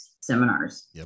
seminars